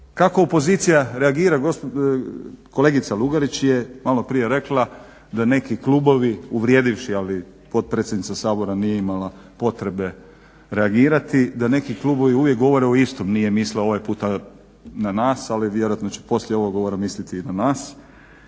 kako opozicija reagira, kolegica Lugarić je maloprije rekla da neki klubovi, uvrijedivši, ali potpredsjednica Sabora nije imala potrebe reagirati, da neki klubovi uvijek govore o istom, nije mislila ovaj puta na nas, ali vjerojatno će poslije ovog govora misliti i na nas.